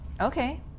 Okay